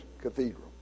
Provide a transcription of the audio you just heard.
Cathedral